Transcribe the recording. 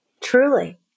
truly